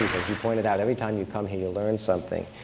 as you pointed out, every time you come here, you learn something.